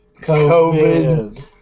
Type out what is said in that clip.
COVID